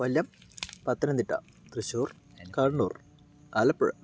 Kollam Pathanamthitta Thrissur Kannur Alappuzha